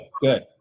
Good